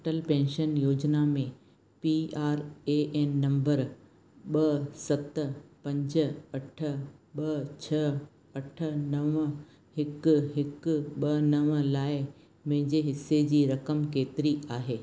Atal pension योजना में P R A N number ॿ सत पंज अठ ॿ छह अठ नव हिकु हिकु ॿ नव लाइ मुंहिंजे हिसे जी रक़म केतिरी आहे